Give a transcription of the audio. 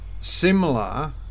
similar